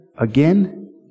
Again